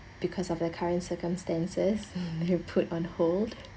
because of the current circumstances be put on hold